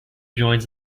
joins